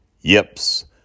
Yips